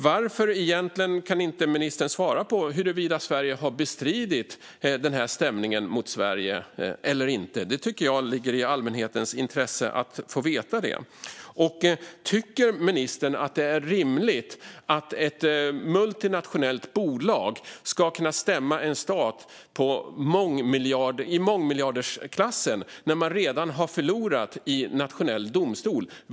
Varför kan ministern inte svara på huruvida Sverige har bestridit stämningen mot Sverige eller inte? Det tycker jag ligger i allmänhetens intresse att få veta. Tycker ministern att det är rimligt att ett multinationellt bolag ska kunna lämna in en stämning i mångmiljardklassen mot en stat när man redan har förlorat i nationell domstol?